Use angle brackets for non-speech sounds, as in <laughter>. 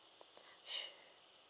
<breath>